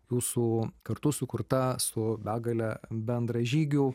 jūsų kartu sukurta su begale bendražygių